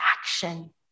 action